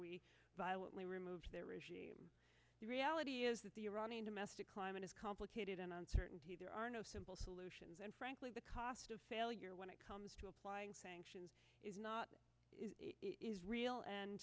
we violently removed their regime the reality is that the iranian domestic climate is complicated and uncertainty there are no simple solutions and frankly the cost of failure when it comes to applying sanctions is not real and